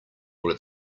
will